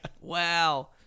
Wow